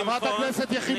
שמחון,